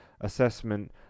assessment